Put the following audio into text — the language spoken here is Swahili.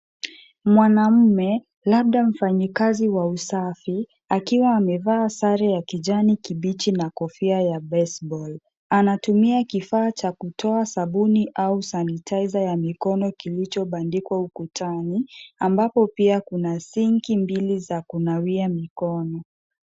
Mwanamme labda fanyikazi wa usafi akiwa amevaa sare ya kijani kibichi na kofia ya baseball . Anatumia kifaa cha kutoa sabuni au sanitizer ya mikono kilicho bandikwa ukutani, ambapo pia kuna sinki mbili za kunawia mikono.